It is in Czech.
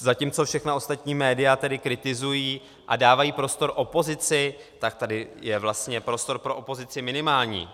Zatímco všechna ostatní média kritizují a dávají prostor opozici, tak tady je vlastně prostor pro opozici minimální.